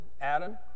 adam